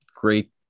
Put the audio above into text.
Great